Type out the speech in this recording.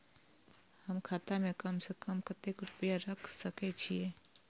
हम खाता में कम से कम कतेक रुपया रख सके छिए?